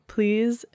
Please